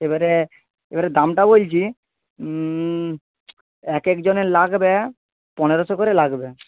এবারে এবারে দামটা বলছি এক এক জনের লাগবে পনেরোশো করে লাগবে